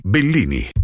Bellini